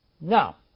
Now